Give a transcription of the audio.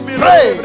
pray